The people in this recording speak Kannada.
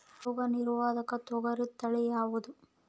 ರೋಗ ನಿರೋಧಕ ತೊಗರಿ ತಳಿ ಯಾವುದು?